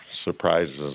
surprises